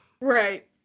Right